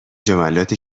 جملاتی